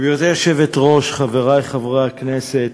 גברתי היושבת-ראש, חברי חברי הכנסת,